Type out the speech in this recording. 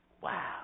Wow